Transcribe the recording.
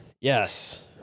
yes